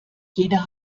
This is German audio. jeder